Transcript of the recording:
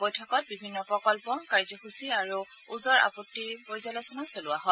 বৈঠকত বিভিন্ন প্ৰকল্প কাৰ্যসূচী আৰু ওজৰ আপত্তিৰ পৰ্যালোচনা চলোৱা হয়